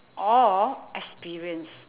or experienced